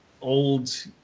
old